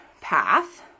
path